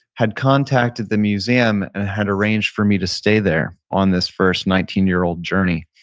had contacted the museum and had arranged for me to stay there on this first nineteen year old journey.